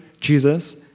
Jesus